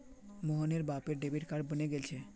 मोहनेर बापेर debit card बने गेल छे